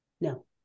No